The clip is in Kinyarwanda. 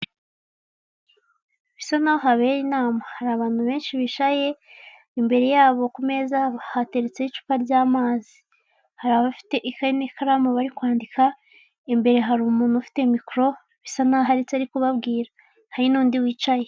Bisa n'aho habera inama, hari abantu benshi bicaye, imbere yabo ku meza hateretseho icupa ry'amazi, hari abafite ikaye n'ikaramu bari kwandika, imbere hari umuntu ufite mikoro, bisa n'aho hari icyo ari kubabwira. Hari n'undi wicaye.